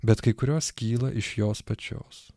bet kai kurios kyla iš jos pačios